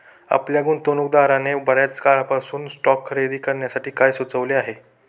आपल्या गुंतवणूकदाराने बर्याच काळासाठी स्टॉक्स खरेदी करण्यासाठी काय सुचविले आहे?